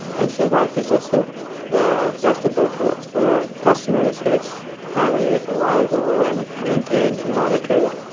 and so that gives us the the best of both worlds. for our customers, it's highly reliable and maintain and monitored,